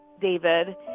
David